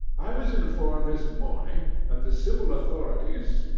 i was informed this morning that the civil authorities,